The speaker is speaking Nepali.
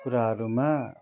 कुराहरूमा